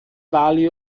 value